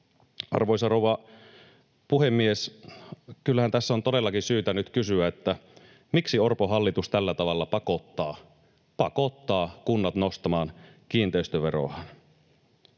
Arvoisa rouva puhemies! Kyllähän tässä on todellakin syytä nyt kysyä, miksi Orpon hallitus tällä tavalla pakottaa — pakottaa — kunnat nostamaan kiinteistöveroaan.